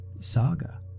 Saga